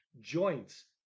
joints